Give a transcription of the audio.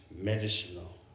medicinal